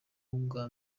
ubwa